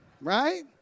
Right